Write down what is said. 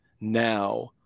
now